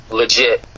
legit